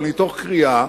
אבל מתוך קריאה,